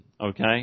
okay